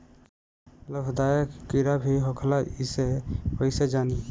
लाभदायक कीड़ा भी होखेला इसे कईसे जानी?